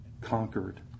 conquered